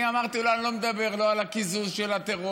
אני אמרתי: אני לא מדבר לא על הקיזוז של הטרור,